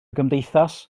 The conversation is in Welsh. gymdeithas